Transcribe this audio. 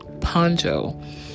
poncho